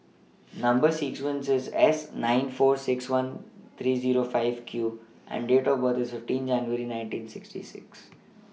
Number sequence IS S nine four six one three Zero five Q and Date of birth IS fifteen January nineteen sixty six